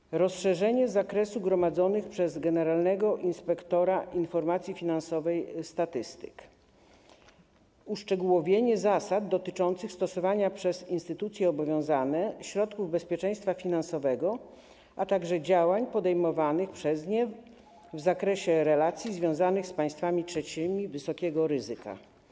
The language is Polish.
Zawiera rozszerzenie zakresu gromadzonych przez generalnego inspektora informacji finansowej statystyk i uszczegółowienie zasad dotyczących stosowania przez instytucje obowiązane środków bezpieczeństwa finansowego, a także działań podejmowanych przez nie w zakresie relacji związanych z państwami trzecimi wysokiego ryzyka.